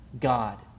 God